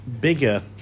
bigger